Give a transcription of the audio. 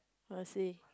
I must say